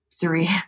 three